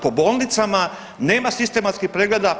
Po bolnicama nema sistematskih pregleda.